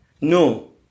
No